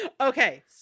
Okay